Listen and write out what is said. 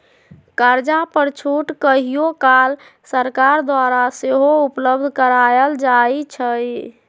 कर्जा पर छूट कहियो काल सरकार द्वारा सेहो उपलब्ध करायल जाइ छइ